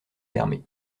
fermé